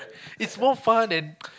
it's more fun than